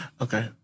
okay